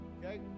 okay